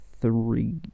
three